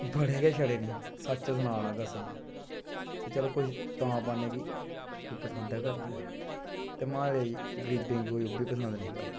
बड़े छड़े निं सच्च सनाना कसमें ते चलो तां पाने कि कोई पसंद गै करी ले ते म्हाड़े गरीबें गी ओह्बी कोई पसंद निं करदा